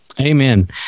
Amen